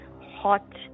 hot